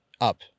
up